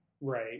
right